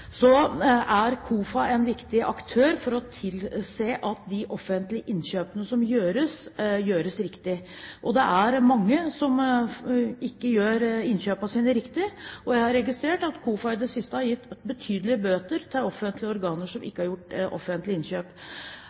KOFA er en viktig aktør for å tilse at de offentlige innkjøpene som gjøres, gjøres riktig. Det er mange som ikke gjør innkjøpene sine riktig, og jeg har registrert at KOFA i det siste har gitt betydelige bøter til offentlige organer som ikke har gjort offentlige innkjøp.